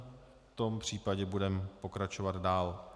V tom případě budeme pokračovat dál.